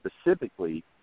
specifically